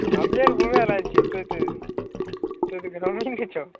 हम्मे ने घुमय लए आयल छियै तोँ तऽ तोँ तऽ गामेमे छहो